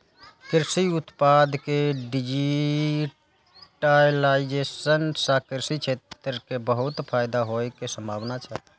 कृषि उत्पाद के डिजिटाइजेशन सं कृषि क्षेत्र कें बहुत फायदा होइ के संभावना छै